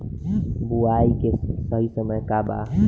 बुआई के सही समय का वा?